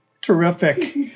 terrific